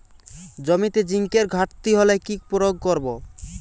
জমিতে জিঙ্কের ঘাটতি হলে কি প্রয়োগ করব?